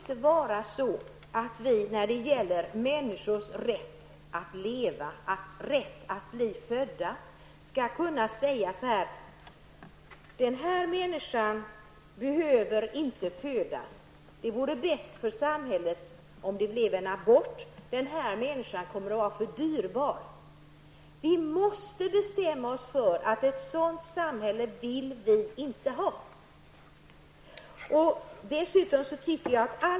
Herr talman! Det får inte vara så att vi, när det gäller människors rätt att födas och leva, skall ha möjlighet att säga: Den här människan behöver inte födas. Det vore bäst för samhället om det utfördes en abort. Den här människan kommer att bli för dyrbar. Vi måste bestämma oss för att vi inte vill ha ett sådant samhälle.